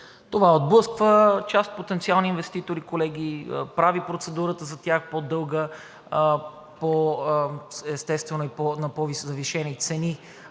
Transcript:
Това отблъсква част от потенциалните инвеститори, колеги, прави процедурата за тях по-дълга, естествено и на по-завишени цени